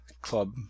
club